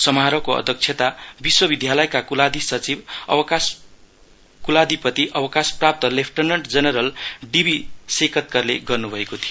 समारोहको अध्यक्षता विश्वविद्यालयका कुलाधिपति अवकाशप्राप्त लेफ्टनन्ट जनरल डीबी सेकतकरले गर्नु भएको थियो